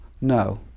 no